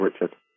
Richard